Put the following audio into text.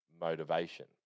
motivation